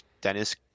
Dennis